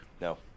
No